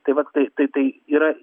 tai va tai tai tai yra